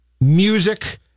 music